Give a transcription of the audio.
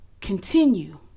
continue